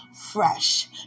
fresh